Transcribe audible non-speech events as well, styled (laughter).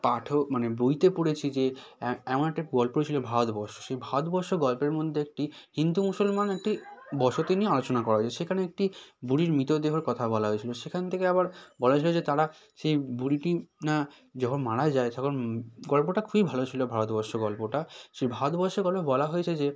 পাঠক মানে বইতে পড়েছি যে এমন একটা গল্প ছিল ভারতবর্ষ সেই ভারতবর্ষ গল্পের মধ্যে একটি হিন্দু মুসলমান একটি বসতি নিয়ে আলোচনা করা (unintelligible) সেখানে একটি বুড়ির মৃতদেহর কথা বলা হয়েছিল সেখান থেকে আবার বলা হয়েছিল যে তারা সেই বুড়িটি না যখন মারা যায় তখন গল্পটা খুবই ভালো ছিল ভারতবর্ষ গল্পটা সেই ভারতবর্ষ গল্পে বলা হয়েছে যে